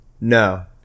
No